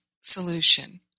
solution